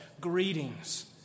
Greetings